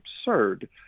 absurd